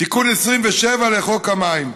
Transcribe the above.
תיקון 27 לחוק המים,